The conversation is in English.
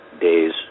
days